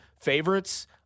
favorites